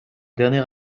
dernier